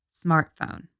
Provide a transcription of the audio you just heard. smartphone